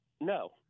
No